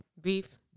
beef